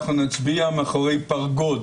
אנחנו נצביע מאחורי פרגוד